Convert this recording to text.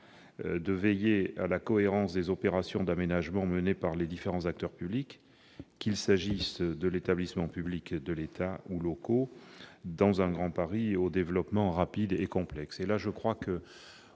de veiller à la cohérence des opérations d'aménagement menées par les différents acteurs publics, qu'il s'agisse de l'établissement public, de l'État ou des pouvoirs locaux, dans un Grand Paris au développement rapide et complexe. Il est, certes,